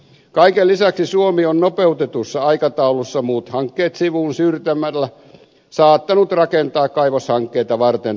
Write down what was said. kaiken lisäksi suomi on nopeutetussa aikataulussa muut hankkeet sivuun siirtämällä saattanut rakentaa kaivoshankkeita varten tarpeellisen infran